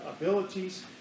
abilities